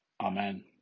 Amen